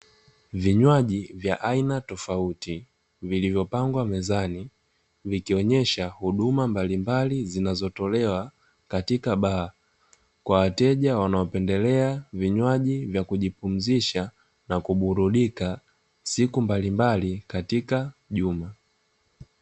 Vinywaji vya aina tofauti, vilivyopangwa mezani, vikionyesha huduma mbalimbali zinazotolewa katika baa, kwa wateja wanaopendelea vinywaji vya kujipumzisha na kuburudika siku mbalimbali katika juma .